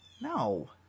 No